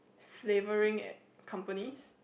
flavouring companies